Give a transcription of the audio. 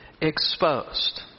exposed